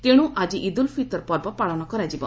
ତେଣୁ ଆଜି ଇଦୁଲ୍ ଫିତର ପର୍ବ ପାଳନ କରାଯିବ